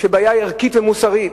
שהיא בעיה ערכית ומוסרית,